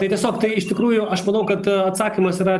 tai tiesiog tai iš tikrųjų aš manau kad atsakymas yra